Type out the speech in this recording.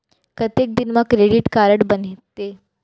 कतेक दिन मा क्रेडिट कारड बनते?